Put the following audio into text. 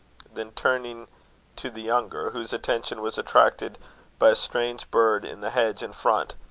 then turning to the younger, whose attention was attracted by a strange bird in the hedge in front.